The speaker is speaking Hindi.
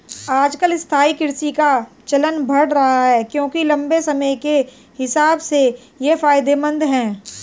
आजकल स्थायी कृषि का चलन बढ़ रहा है क्योंकि लम्बे समय के हिसाब से ये फायदेमंद है